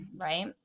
right